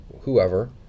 whoever